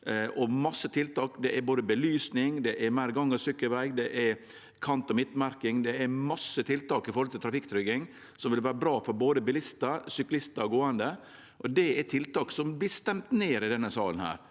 og masse tiltak. Det er belysning, det er meir gang- og sykkelveg, det er kant- og midtmerking, det er masse tiltak innan trafikktrygging som vil vere bra for både bilistar, syklistar og gåande. Det er tiltak som vert stemde ned i denne salen.